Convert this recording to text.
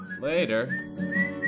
later